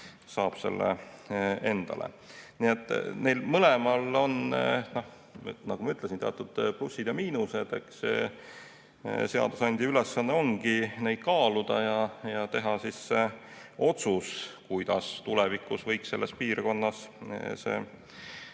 saab selle endale. Nii et neil mõlemal on, nagu ma ütlesin, teatud plussid ja miinused. Eks seadusandja ülesanne ongi neid kaaluda ja teha otsus, kuidas tulevikus võiks selles piirkonnas